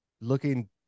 looking